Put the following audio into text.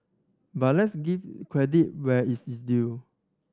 but let's give credit where is is due